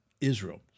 Israel